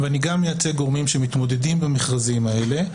ואני גם מייצג גורמים שמתמודדים במכרזים האלה.